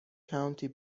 county